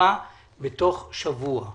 תשובה תוך שבוע.